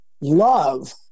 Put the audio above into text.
love